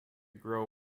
grow